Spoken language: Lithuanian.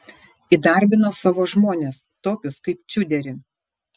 įdarbino savo žmones tokius kaip čiuderį